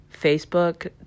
Facebook